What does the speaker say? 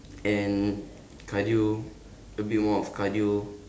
and cardio a bit more of cardio